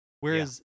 Whereas